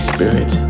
Spirit